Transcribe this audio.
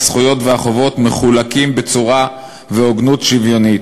הזכויות והחובות מחולקים בצורה והוגנות שוויונית.